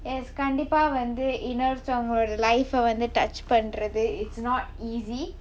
yes கண்டிப்பா வந்து இன்னொருத்தவன்களுடைய:kandippaa vanthu innoruthavangaludaiya life ah வந்து:vanthu touch பண்றது:pandrathu it's not easy